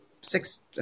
six